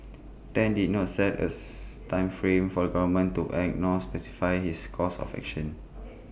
Tan did not set A time frame for the government to act nor specified his course of action